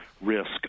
risk